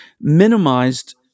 minimized